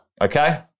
okay